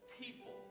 people